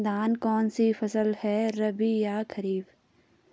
धान कौन सी फसल है रबी या खरीफ?